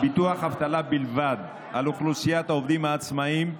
ביטוח אבטלה בלבד על אוכלוסיית העובדים העצמאים,